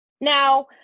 Now